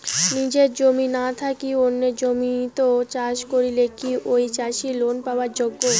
নিজের জমি না থাকি অন্যের জমিত চাষ করিলে কি ঐ চাষী লোন পাবার যোগ্য?